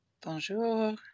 Bonjour